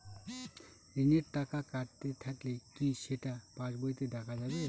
ঋণের টাকা কাটতে থাকলে কি সেটা পাসবইতে দেখা যাবে?